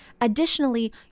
additionally